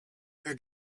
her